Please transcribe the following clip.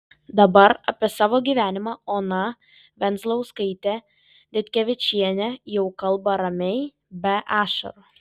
dabar apie savo gyvenimą ona venzlauskaitė ditkevičienė jau kalba ramiai be ašarų